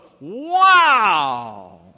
wow